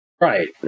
right